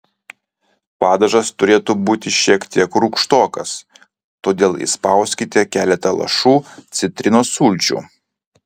padažas turėtų būti šiek tiek rūgštokas todėl įspauskite keletą lašų citrinos sulčių